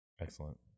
Excellent